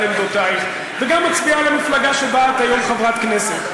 עמדותייך וגם מצביעה למפלגה שבה את היום חברת כנסת.